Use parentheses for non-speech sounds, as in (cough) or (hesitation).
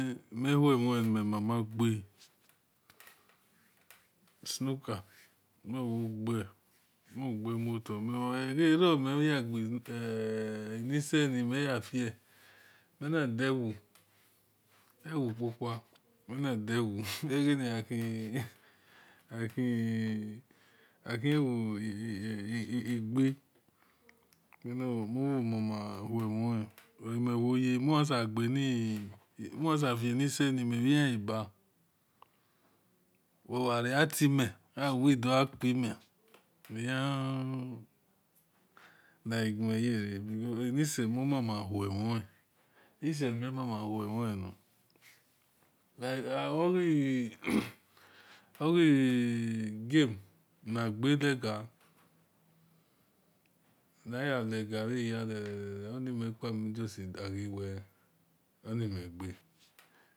(hesitation) mehumin memamage (hesitation) siloka mewoge magemuta avenini (hesitation) averonimeya genisenimeyaf menadahu opa menadahu (laughs) egeniahi (hesitation) ahuigeamowoma anawomene oamewoye omhisegeni (hesitation) mahisefanisini meyaeba (hesitation) weoreatime owidopami eni (hesitation) eni leaguweyer anisemum amahumon isememamahumuna (hesitation) awegegame nagerega nayaregaehirere onimokujusti davahirere onmige